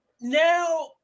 Now